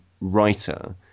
writer